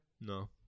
No